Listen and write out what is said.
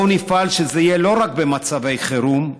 בואו נפעל שזה יהיה לא רק במצבי חירום,